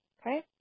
Okay